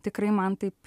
tikrai man taip